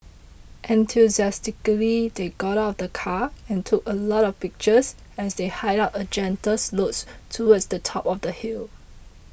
enthusiastically they got out of the car and took a lot of pictures as they hiked up a gentle slopes towards the top of the hill